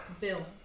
Bill